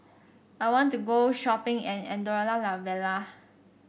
I want to go shopping in Andorra La Vella